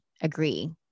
agree